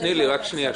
זאת החלטת הממשלה.